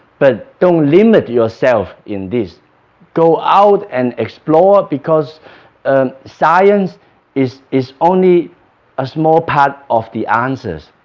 but don't limit yourself in this go out and explore because and science is is only a small part of the answers